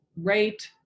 rate